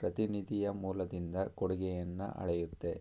ಪ್ರತಿನಿಧಿಯ ಮೂಲದಿಂದ ಕೊಡುಗೆಯನ್ನ ಅಳೆಯುತ್ತೆ